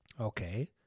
Okay